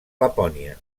lapònia